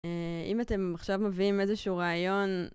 אם אתם עכשיו מביאים איזשהו רעיון